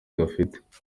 gafite